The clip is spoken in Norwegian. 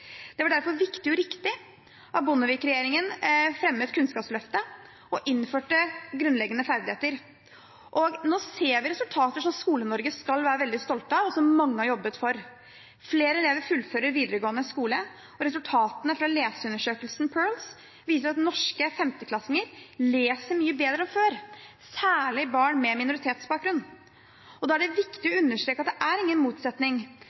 Det var derfor viktig og riktig at Bondevik-regjeringen fremmet Kunnskapsløftet og innførte grunnleggende ferdigheter. Nå ser vi resultater som Skole-Norge skal være veldig stolt av, og som mange har jobbet for. Flere elever fullfører videregående skole. Resultatene fra leseundersøkelsen PIRLS viser at norske 5.-klassinger leser mye bedre enn før, særlig barn med minoritetsbakgrunn. Det er viktig å understreke at det er ingen motsetning